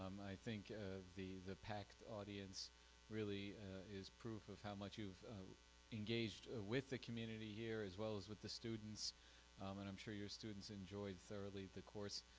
um i think ah the the packed audience really is proof of how much you've engaged ah with the community here as well as with the students um and i'm sure your students enjoyed thoroughly the course